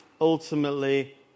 ultimately